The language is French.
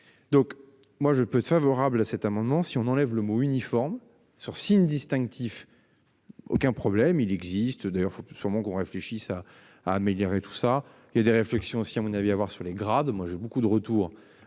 Donc moi je peux te favorable à cet amendement. Si on enlève le mot uniforme sur signe distinctif. Aucun problème, il existe d'ailleurs faut sûrement qu'on réfléchisse à améliorer tout ça et des réflexions aussi à mon avis à avoir sur les grades. Moi j'ai beaucoup de retour